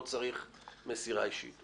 לא צריך מסירה אישית,